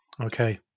Okay